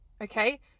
Okay